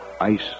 ice